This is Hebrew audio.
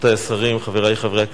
רבותי השרים, חברי חברי הכנסת,